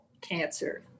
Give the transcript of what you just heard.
cancer